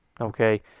okay